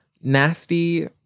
Nasty